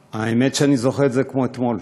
האמת, אני זוכר את זה כמו אתמול.